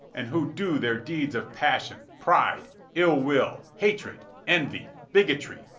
and who do their deeds of passion, pride, ill-will, hatred, envy, bigotry,